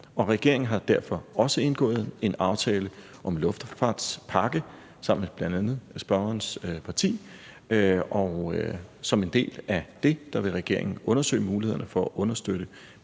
Regeringen har derfor også indgået en aftale om en luftfartspakke sammen med bl.a. spørgerens parti, og som en del af det vil regeringen undersøge mulighederne for at understøtte